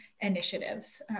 initiatives